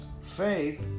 faith